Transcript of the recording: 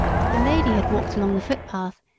the lady had walked along the footpath,